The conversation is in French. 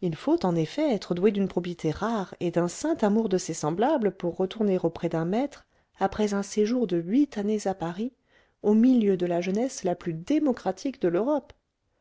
il faut en effet être doué d'une probité rare et d'un saint amour de ses semblables pour retourner auprès d'un maître après un séjour de huit années à paris au milieu de la jeunesse la plus démocratique de l'europe